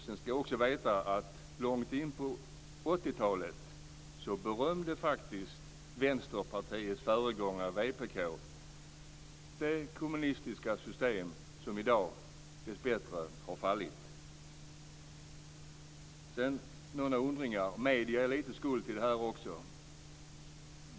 Man ska också veta att långt in på 80-talet berömde faktiskt Vänsterpartiets föregångare vpk det kommunistiska system som i dag dessbättre har fallit. Några funderingar: Medierna har lite skuld i detta också.